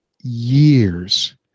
years